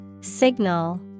Signal